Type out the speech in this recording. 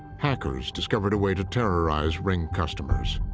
hackers discovered a way to terrorize ring customers.